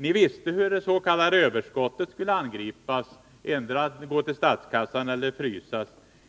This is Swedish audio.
Ni visste hur det s.k. överskottet skulle angripas. Det skulle gå till statskassan eller frysas.